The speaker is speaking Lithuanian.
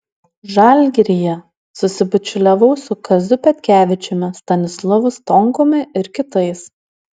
žalgiryje susibičiuliavau su kaziu petkevičiumi stanislovu stonkumi ir kitais